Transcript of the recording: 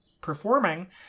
performing